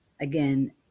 Again